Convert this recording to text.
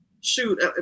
shoot